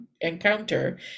encounter